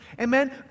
Amen